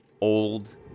old